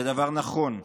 זה דבר נכון,